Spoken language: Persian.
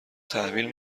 تحویل